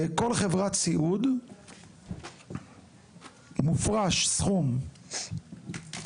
לכל חברת סיעוד מופרש סכום של